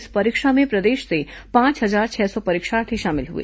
इस परीक्षा में प्रदेश से पांच हजार छह सौ परीक्षार्थी शामिल हुए